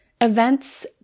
events